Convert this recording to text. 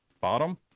bottom